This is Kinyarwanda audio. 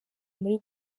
muri